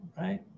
right